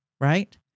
right